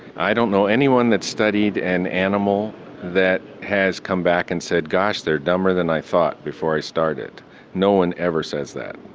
i don't know anyone that studied an animal that has come back and said, gosh, they are dumber than i thought before i started. no one ever says that,